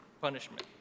punishment